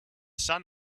sun